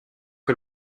que